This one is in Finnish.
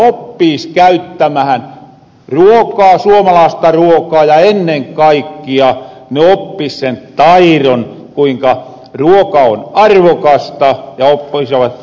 ne oppis käyttämähän ruokaa suomalaasta ruokaa ja ennen kaikkia ne oppis sen tairon kuinka ruoka on arvokasta ja oppisivat syömähän oikein